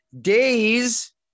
Days